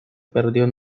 perdió